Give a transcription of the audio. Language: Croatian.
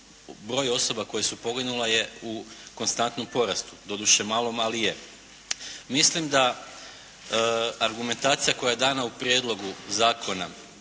broj osoba koje su poginule je u konstantnom porastu, doduše malom ali je. Mislim da argumentacija koja je dana u prijedlogu zakona